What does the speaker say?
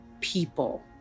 people